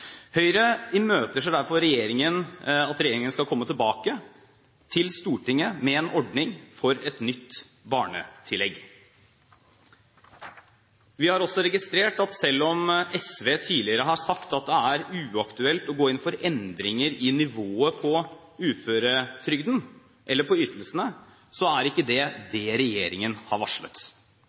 Høyre imøteser derfor at regjeringen skal komme tilbake til Stortinget med en ordning for et nytt barnetillegg. Vi har også registrert at selv om SV tidligere har sagt at det er uaktuelt å gå inn for endringer i nivået på uføretrygden eller på ytelsene, er det ikke det regjeringen har varslet.